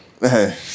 Hey